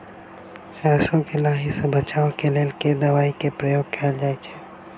सैरसो केँ लाही सऽ बचाब केँ लेल केँ दवाई केँ प्रयोग कैल जाएँ छैय?